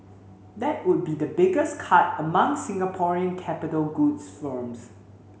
that would be the biggest cut among Singaporean capital goods firms